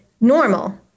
normal